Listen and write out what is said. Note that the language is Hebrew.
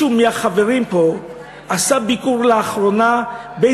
מישהו מהחברים פה בקר לאחרונה וראה